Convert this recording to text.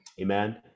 Amen